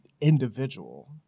individual